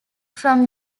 from